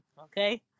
okay